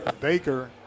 Baker